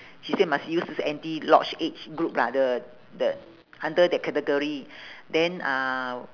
she said must use this anti lock age group lah the the under the category then ah